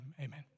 Amen